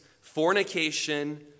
fornication